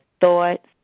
thoughts